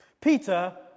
Peter